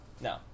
No